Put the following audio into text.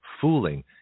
fooling